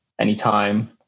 anytime